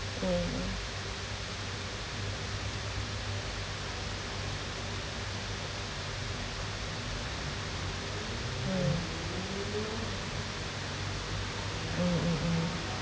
mmhmm mm mm mm mm